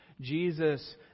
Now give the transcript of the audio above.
Jesus